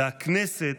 והכנסת